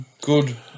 good